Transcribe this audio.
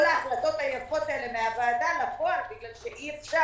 ההחלטות היפות האלה מהוועדה לפועל בגלל שאי-אפשר.